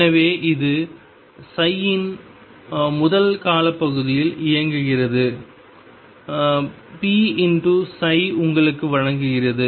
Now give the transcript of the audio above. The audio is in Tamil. எனவே இது இன் முதல் காலப்பகுதியில் இயங்குகிறது pψ உங்களுக்கு வழங்குகிறது